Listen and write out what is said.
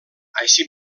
així